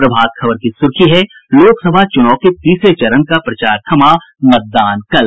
प्रभात खबर की सुर्खी है लोकसभा चुनाव के तीसरे चरण का प्रचार थमा मतदान कल